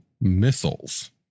missiles